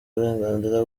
uburenganzira